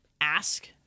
ask